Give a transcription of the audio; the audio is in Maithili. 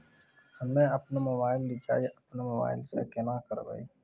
हम्मे आपनौ मोबाइल रिचाजॅ आपनौ मोबाइल से केना करवै?